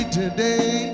today